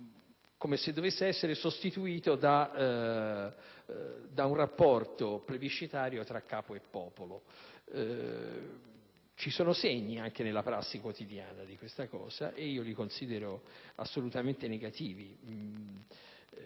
come se dovesse essere sostituito da un rapporto plebiscitario tra capo e popolo. Ci sono segni, anche nella prassi quotidiana, di questo processo e li considero assolutamente negativi.